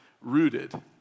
Rooted